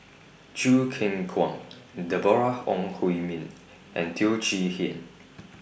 Choo Keng Kwang Deborah Ong Hui Min and Teo Chee Hean